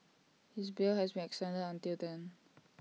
his bail has been extended until then